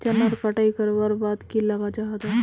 चनार कटाई करवार बाद की लगा जाहा जाहा?